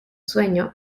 sueño